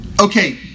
Okay